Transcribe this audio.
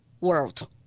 world